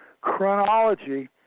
chronology